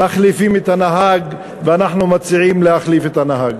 מחליפים את הנהג, ואנחנו מציעים להחליף את הנהג.